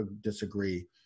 disagree